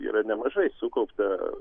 yra nemažai sukaupta